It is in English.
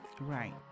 Right